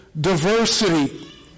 diversity